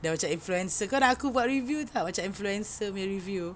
dah macam influence kau nak aku buat review tak macam influencer nya review